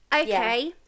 okay